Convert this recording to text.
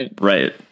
right